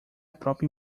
própria